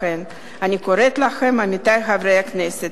לכן, אני קוראת לכם, עמיתי חברי הכנסת,